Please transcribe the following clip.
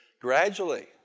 Gradually